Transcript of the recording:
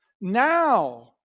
now